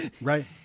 right